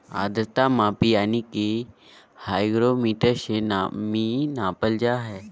आद्रता मापी यानी कि हाइग्रोमीटर से नमी मापल जा हय